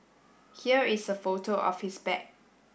here is a photo of his bag